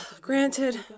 Granted